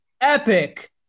epic